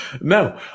No